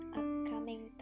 upcoming